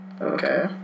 Okay